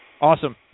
Awesome